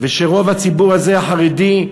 ושרוב הציבור הזה, החרדי,